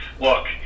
look